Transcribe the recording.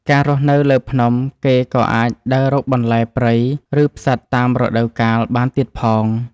ការរស់នៅលើភ្នំ គេក៏អាចដើររកបន្លែព្រៃ ឬផ្សិតតាមរដូវកាលបានទៀតផង។